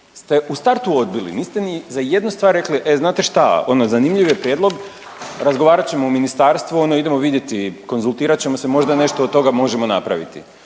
ste u startu odbili, niste ni za jednu stvar rekli, e znate šta, ono zanimljiv je prijedlog, razgovarat ćemo u Ministarstvu, ono idemo vidjeti, konzultirat ćemo se, možda nešto od toga možemo napraviti